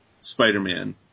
Spider-Man